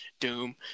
Doom